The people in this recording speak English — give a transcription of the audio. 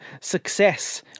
success